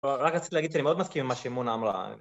רק רציתי להגיד שאני מאוד מסכים עם מה שמונה אמרה